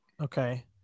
Okay